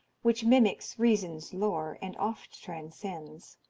which mimics reason's lore, and oft transcends.